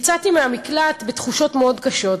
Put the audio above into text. יצאתי מהמקלט בתחושות מאוד קשות,